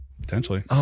Potentially